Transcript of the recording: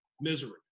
misery